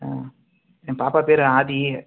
ஆ என் பாப்பா பேர் ஆதி